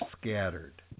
scattered